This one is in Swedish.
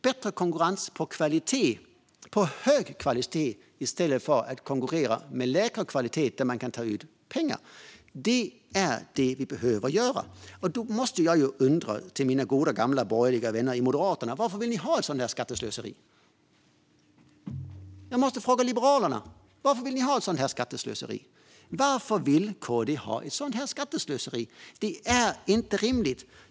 Man ska konkurrera med hög kvalitet i stället för att konkurrera med lägre kvalitet och ta ut pengar. Det är detta vi måste göra. Då måste jag fråga mina gamla goda borgerliga vänner i Moderaterna: Varför vill ni ha ett sådant här skatteslöseri? Jag måste fråga Liberalerna: Varför vill ni ha ett sådant här skatteslöseri? Varför vill KD ha ett sådant här skatteslöseri? Det är inte rimligt!